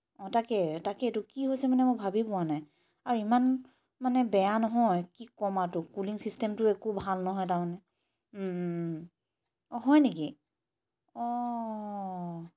অঁ তাকে তাকেতো কি হৈছে মানে মই ভাবি পোৱা নাই আৰু ইমান মানে বেয়া নহয় কি ক'ম আৰু তোক কুলিং ছিষ্টেমটো একো ভাল নহয় তাৰমানে অঁ হয় নেকি অঁ